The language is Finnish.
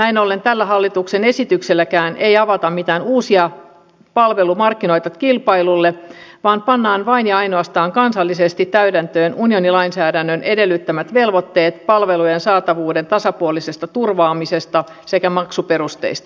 näin ollen tällä hallituksen esitykselläkään ei avata mitään uusia palvelumarkkinoita kilpailulle vaan pannaan vain ja ainoastaan kansallisesti täytäntöön unionilainsäädännön edellyttämät velvoitteet palvelujen saatavuuden tasapuolisesta turvaamisesta sekä maksuperusteista